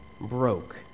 broke